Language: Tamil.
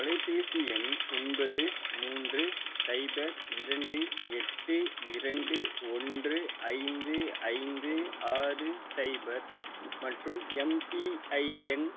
தொலைபேசி எண் ஒன்பது மூன்று சைபர் இரண்டு எட்டு இரண்டு ஒன்று ஐந்து ஐந்து ஆறு சைபர் மற்றும் எம்பிஐ எண்